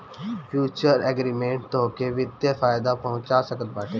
futures agreement तोहके वित्तीय फायदा पहुंचा सकत बाटे